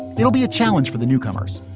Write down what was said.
it'll be a challenge for the newcomers.